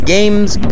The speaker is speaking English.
Games